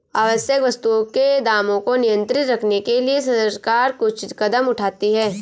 आवश्यक वस्तुओं के दामों को नियंत्रित रखने के लिए सरकार कुछ कदम उठाती है